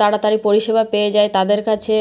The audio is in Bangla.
তাড়াতাড়ি পরিষেবা পেয়ে যায় তাদের কাছে